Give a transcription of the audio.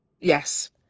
Yes